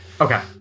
Okay